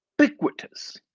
ubiquitous